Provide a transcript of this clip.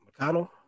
McConnell